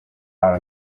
out